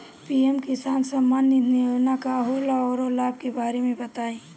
PM किसान सम्मान निधि योजना का होला औरो लाभ के बारे में बताई?